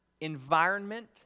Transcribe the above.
environment